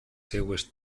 seues